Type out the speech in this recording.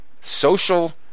social